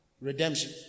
redemption